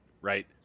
Right